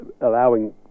allowing